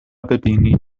ببینید